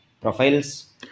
profiles